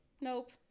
Nope